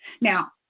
Now